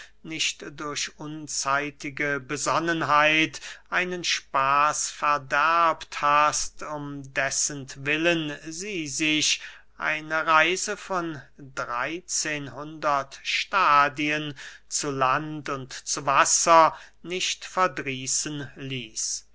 nicht durch unzeitige besonnenheit einen spaß verderbt hast um dessentwillen sie sich eine reise von dreyzehn hundert stadien zu land und zu wasser nicht verdrießen ließ